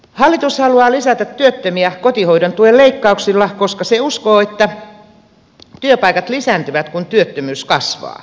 hallitus haluaa lisätä työttömiä kotihoidon tuen leikkauksilla koska se uskoo että työpaikat lisääntyvät kun työttömyys kasvaa